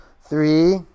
Three